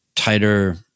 tighter